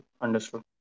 Understood